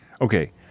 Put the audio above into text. Okay